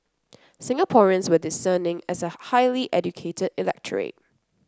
Singaporeans were discerning as a highly educated electorate